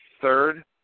third